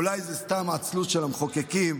אולי זאת סתם עצלות של המחוקקים,